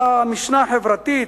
איפה המשנה החברתית?